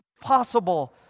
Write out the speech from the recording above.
possible